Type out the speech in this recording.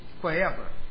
forever